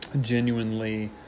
genuinely